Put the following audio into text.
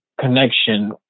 connection